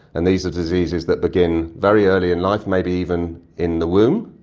and these are diseases that begin very early in life, maybe even in the womb,